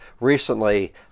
recently